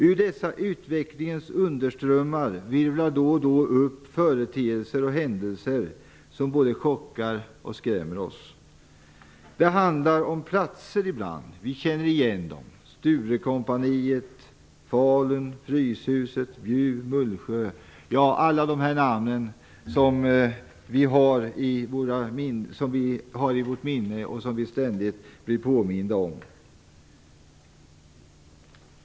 Ur dessa underströmmar virvlar då och då upp företeelser och händelser som både chockar och skrämmer oss. Det handlar om platser som vi känner igen: StureCompagniet, Falun, Fryshuset, Bjuv och Mullsjö. Alla dessa namn har vi i vårt minne och blir ständigt påminda om.